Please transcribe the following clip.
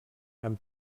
amb